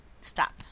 Stop